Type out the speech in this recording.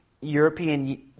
European